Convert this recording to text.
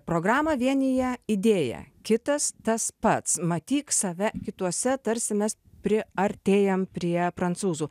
programą vienija idėja kitas tas pats matyk save kituose tarsi mes priartėjam prie prancūzų